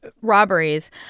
robberies